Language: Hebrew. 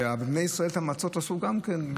בני ישראל עשו את המצות גם כן,